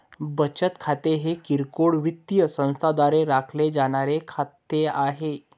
बचत खाते हे किरकोळ वित्तीय संस्थांद्वारे राखले जाणारे खाते आहे